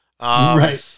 Right